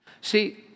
See